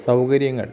സൗകര്യങ്ങൾ